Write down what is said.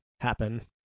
happen